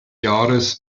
jahres